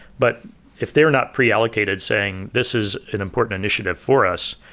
but if they're not pre-allocated saying this is an important initiative for us,